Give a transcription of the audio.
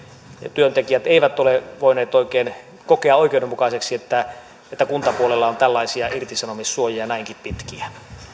työntekijät eivät ole voineet oikein kokea oikeudenmukaiseksi että että kuntapuolella on tällaisia irtisanomissuojia näinkin pitkiä